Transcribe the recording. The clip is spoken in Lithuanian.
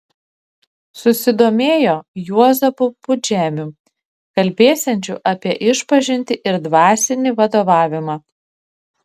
susidomėjo juozapu pudžemiu kalbėsiančiu apie išpažintį ir dvasinį vadovavimą